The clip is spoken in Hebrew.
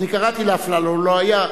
אני קראתי לאפללו, הוא לא היה.